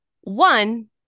One